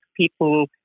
people